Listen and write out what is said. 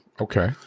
Okay